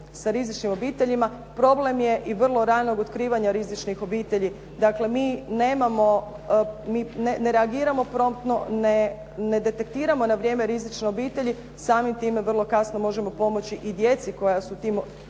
sa rizičnim obiteljima, problem je i vrlo ranog otkrivanja rizičnih obitelji. Dakle, mi ne reagiramo promptno, ne detektiramo na vrijeme rizične obitelji. Samim time vrlo kasno možemo pomoći i djeci koja su u tim